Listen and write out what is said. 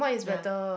ya